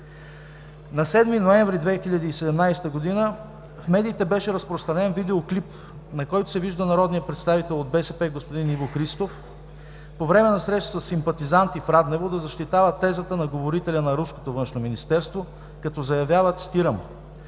На 7 ноември 2017 г. в медиите беше разпространен видеоклип, на който се вижда народният представител от БСП господин Иво Христов по време на среща със симпатизанти в Раднево да защитава тезата на говорителя на руското Външно министерство, като заявява, цитирам: